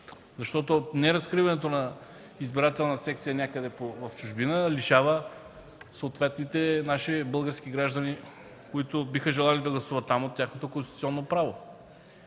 защото неразкриването на избирателна секция някъде в чужбина лишава съответните наши български граждани, които биха желали да гласуват там, от тяхното конституционно право.